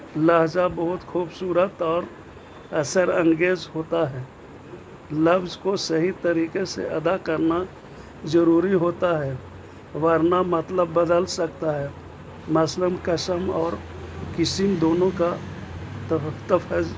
لہذا بہت خوبصورت اور اثر انگیز ہوتا ہے لفظ کو صحیح طریقے سے ادا کرنا ضروری ہوتا ہے ورنہ مطلب بدل سکتا ہے مثلاً قسم اور قسم دونوں کا تلفظ